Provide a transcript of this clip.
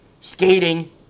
Skating